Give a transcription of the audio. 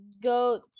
go